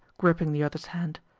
gripping the other's hand.